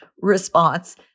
response